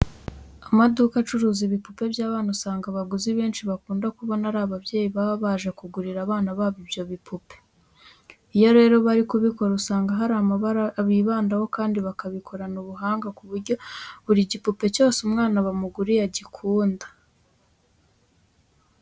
Amaduka acuruza ibipupe by'abana usanga abaguzi benshi bakunda kubona ari ababyeyi baba baje kugurira abana babo ibyo bipupe. Iyo rero bari kubikora usanga hari amabara bibandaho kandi bakabikorana ubuhanga ku buryo buri gipupe cyose umwana bamuguriye agikunda.